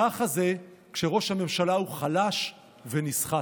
ככה זה כשראש הממשלה הוא חלש ונסחט.